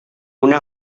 una